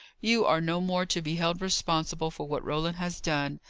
you are no more to be held responsible for what roland has done,